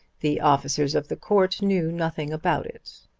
the officers of the court knew nothing about it.